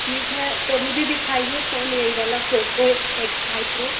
ठीक है तो मुझे दिखाइए फोन यही वाला पोको एक्स फाइव प्रो